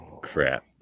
Crap